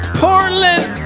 portland